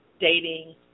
dating